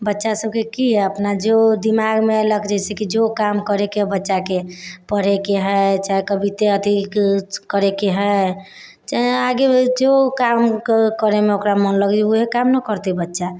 बच्चा सबके की हइ अपना जे दिमागमे अएलक जइसे जे काम करैके बच्चाके पढ़ैके हइ चाहे कविता अथी करैके हइ चाहे आगे जे काम करैमे ओकरा मोन लगै हइ वएह काम ने करतै बच्चा